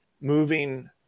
moving